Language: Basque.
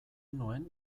nuen